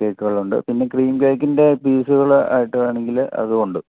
കേക്കുകളുണ്ട് പിന്നെ ക്രീം കേക്കിൻ്റെ പീസുകൾ ആയിട്ട് വേണമെങ്കിൽ അതും ഉണ്ട്